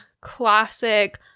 classic